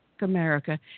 America